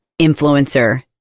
influencer